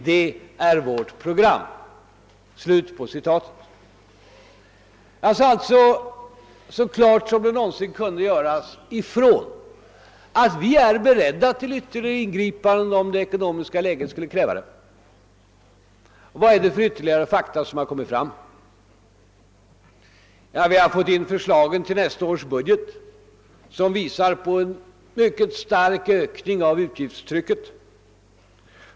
Det är vårt program.» Jag sade alltså ifrån — så klart som det någonsin kunde göras — att vi är beredda till ytterligare ingripanden om det ekonomiska läget skulle kräva det. Vad är det då för ytterligare fakta som kommit fram? Vi har fått in förslagen till nästa års budget, och dessa visar på en mycket stark ökning av utgiftstrycket.